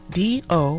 d-o